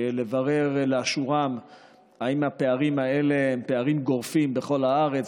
לברר לאשורם אם הפערים האלה הם פערים גורפים בכל הארץ,